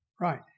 Right